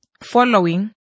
Following